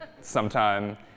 sometime